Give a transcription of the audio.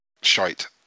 shite